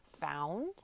found